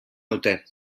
naute